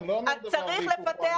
לא, אני לא אומר דבר והיפוכו.